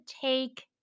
take